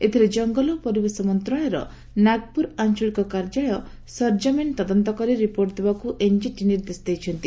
ଏଥିରେ ଜଙ୍ଙଲ ଓ ପରିବେଶ ମନ୍ତଶାଳୟର ନାଗପୁର ଆଞଳିକ କାର୍ଯ୍ୟାଳୟ ସରଜମିନ୍ ତଦନ୍ତ କରି ରିପୋର୍ଟ ଦେବାକୁ ଏନ୍ଜିଟି ନିର୍ଦ୍ଦେଶ ଦେଇଛନ୍ତି